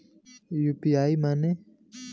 UPI माने?